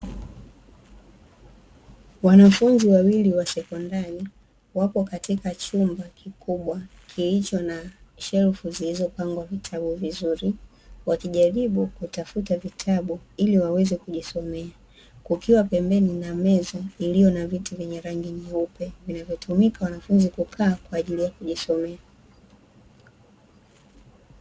Wanafunzi wawili wa sekondari wapo katika chumba kikubwa kilicho na shelf zilizopangwa vitabu vizuri, wakijaribu kutafuta vitabu ili waweze kujisomea kukiwa pembeni na meza iliyo na viti vyenye rangi nyeupe vinavyotumika wanafunzi kukaa kwa ajili ya kujisomea.